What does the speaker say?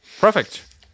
Perfect